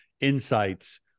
insights